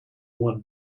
one